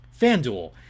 FanDuel